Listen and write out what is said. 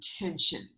intention